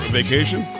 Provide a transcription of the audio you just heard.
vacation